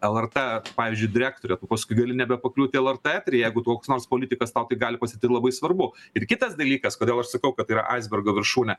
lrt pavyzdžiui direktorę tu paskui gali nebepakliūt į lrt eterį jeigu tau koks nors politikas tau tai gali pasyt tai labai svarbu ir kitas dalykas kodėl aš sakau kad tai yra aisbergo viršūnė